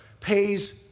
pays